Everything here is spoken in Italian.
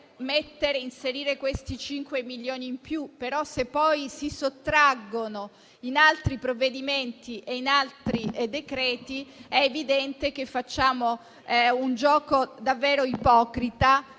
inserire 5 milioni in più; se però poi si sottraggono in altri provvedimenti e in altri decreti-legge, è evidente che facciamo un gioco davvero ipocrita